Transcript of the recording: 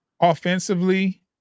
offensively